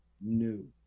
new